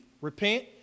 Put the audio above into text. repent